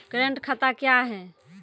Current खाता क्या हैं?